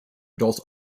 adult